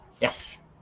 yes